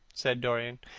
said dorian.